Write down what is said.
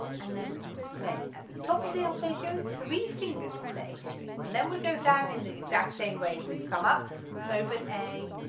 and then we're playing at the top of the arpeggio three fingers on the a string, and then we go down in the exact same way as we've come up open a,